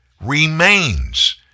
remains